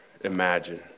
imagine